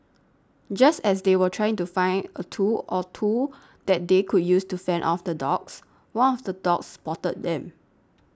just as they were trying to find a tool or two that they could use to fend off the dogs one of the dogs spotted them